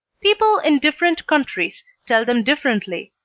people in different countries tell them differently,